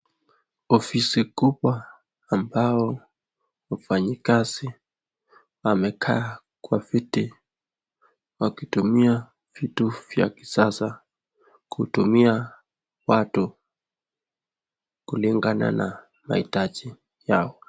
Ofisi kubwa ambao wafanyikazi wamekaa kwa viti wakitumia vitu vya kisasa kuhudumia watu kulingana na mahitaji yao.